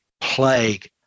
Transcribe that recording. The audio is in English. plague